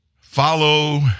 Follow